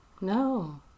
No